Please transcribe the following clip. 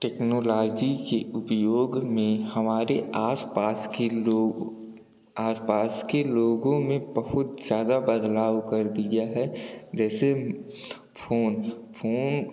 technology के उपयोग में हमारे आसपास के लो आसपास के लोगों में बहुत ज़्यादा बदलाव कर दिया है जैसे फ़ोन फ़ोन